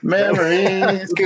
Memories